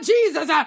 Jesus